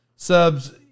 Subs